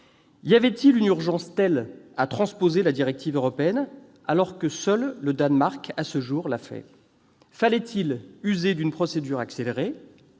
Y avait-il une telle urgence à transposer la directive européenne, alors que seul le Danemark l'a fait à ce jour ? Fallait-il user d'une procédure accélérée ?